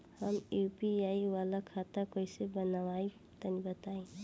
हम यू.पी.आई वाला खाता कइसे बनवाई तनि बताई?